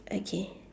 okay